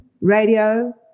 radio